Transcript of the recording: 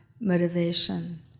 motivation